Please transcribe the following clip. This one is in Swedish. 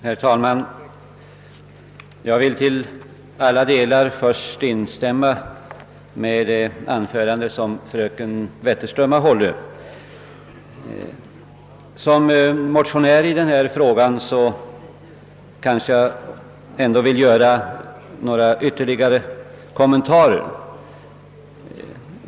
Herr talman! Jag vill först till alla delar instämma i det anförande som fröken Wetterström har hållit. Såsom motionär i denna fråga vill jag emellertid göra några ytterligare kommentarer.